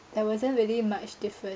there wasn't really much different